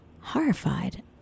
Horrified